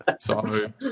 Sorry